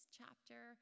chapter